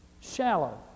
Shallow